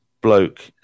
bloke